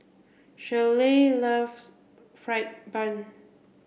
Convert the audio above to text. Shirlie loves fried bun